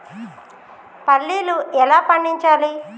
పల్లీలు ఎలా పండించాలి?